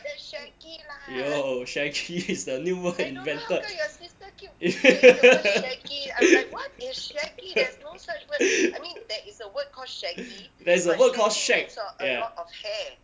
有 shaggy is the new word invented there's a word called shag eh